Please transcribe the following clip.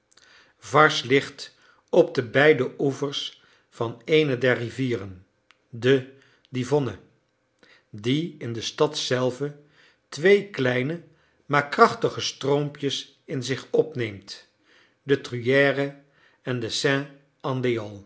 varses ligt op de beide oevers van eene der rivieren de divonne die in de stad zelve twee kleine maar krachtige stroompjes in zich opneemt de truyère en de